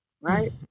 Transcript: Right